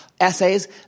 essays